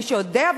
מי שיודע,